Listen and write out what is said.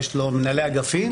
יש לו מנהלי אגפים,